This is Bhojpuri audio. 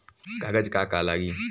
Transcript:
कागज का का लागी?